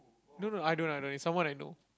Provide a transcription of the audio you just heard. no no I don't I don't it's someone I know